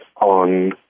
on